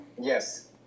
Yes